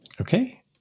Okay